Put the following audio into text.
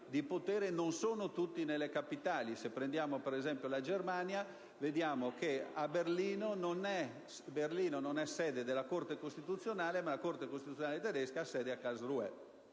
di potere non sono tutte nelle capitali. Se prendiamo ad esempio la Germania, vediamo che Berlino non è sede della Corte costituzionale, la quale ha sede a Karlsruhe,